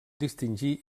distingir